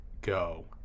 go